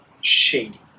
shady